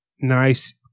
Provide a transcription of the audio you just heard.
nice